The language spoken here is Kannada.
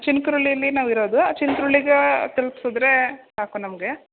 ಚಿನಕುರುಳಿ ಅಲ್ಲಿ ನಾವು ಇರೋದು ಆ ಚಿನಕುರುಳಿಗೆ ತಲ್ಪಿಸಿದ್ರೇ ಸಾಕು ನಮಗೆ